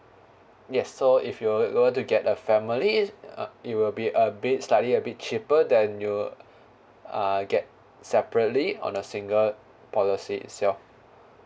yes so if you're going to get a family uh it will be a bit slightly a bit cheaper than you uh get separately on a single policy itself